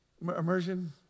Immersion